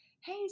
Hey